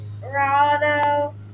Colorado